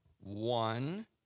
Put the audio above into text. one